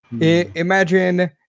Imagine